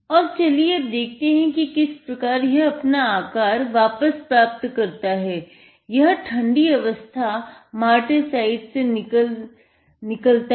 और चलिए अब देखते हैं कि किस प्रकार यह अपना आकारवापस प्राप्त करता है यह ठंडी अवस्था मार्टेसाईट से निकलता है